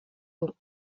bon